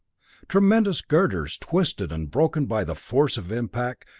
tremendous girders, twisted and broken by the force of impact,